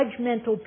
judgmental